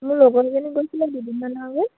মোৰ গৈছিলে দুদিনমান আগত